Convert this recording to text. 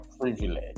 privilege